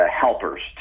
helpers